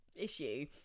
issue